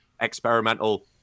experimental